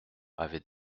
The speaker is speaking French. avait